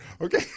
okay